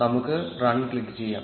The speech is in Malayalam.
നമുക്ക് റൺ ക്ലിക്ക് ചെയ്യാം